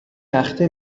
تخته